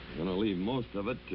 going to leave most of it